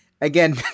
again